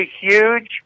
huge